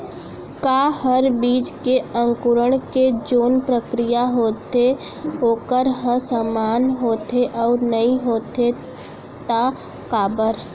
का हर बीज के अंकुरण के जोन प्रक्रिया होथे वोकर ह समान होथे, अऊ नहीं होथे ता काबर?